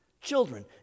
children